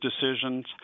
decisions